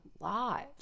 lives